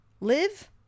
live